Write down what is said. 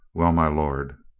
well, my lord.